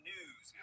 News